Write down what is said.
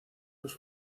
los